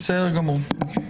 בסדר גמור.